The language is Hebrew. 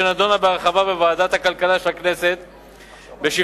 שנדונה בהרחבה בוועדת הכלכלה של הכנסת בשבתה